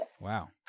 Wow